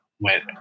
went